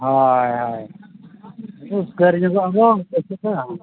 ᱦᱳᱭ ᱩᱯᱠᱟᱹᱨ ᱧᱚᱜᱚᱜ ᱟᱵᱚᱱ ᱪᱮᱫ ᱪᱤᱠᱟ